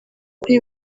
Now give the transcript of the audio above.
kuri